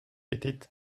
était